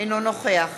אינו נוכח